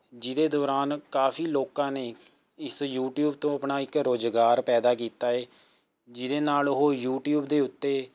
ਜਿਹਦੇ ਦੌਰਾਨ ਕਾਫੀ ਲੋਕਾਂ ਨੇ ਇਸ ਯੂਟਿਊਬ ਤੋਂ ਆਪਣਾ ਇੱਕ ਰੁਜ਼ਗਾਰ ਪੈਦਾ ਕੀਤਾ ਹੈ ਜਿਹਦੇ ਨਾਲ ਉਹ ਯੂਟਿਊਬ ਦੇ ਉੱਤੇ